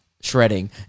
shredding